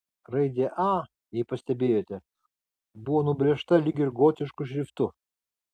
raidė a jei pastebėjote buvo nubrėžta lyg ir gotišku šriftu